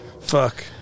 Fuck